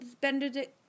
Benedict